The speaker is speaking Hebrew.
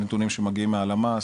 נתונים שמגיעים מהלמ"ס,